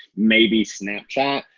maybe snapchat.